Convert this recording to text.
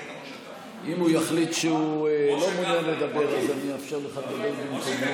אם הוא יחליט שהוא לא מעוניין לדבר אז אני אאפשר לך במקומו,